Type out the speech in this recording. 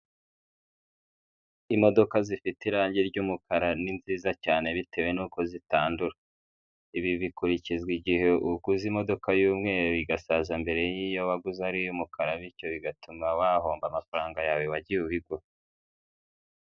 Imodoka zifite irangi ry'umukara ni nziza cyane bitewe n'uko zitandura, ibi bikurikizwa igihe ukuze imodoka y'umweru igasaza mbere y'iyo waguze ari iy'umukara, bityo bigatuma wahomba amafaranga yawe wagiye ubigura.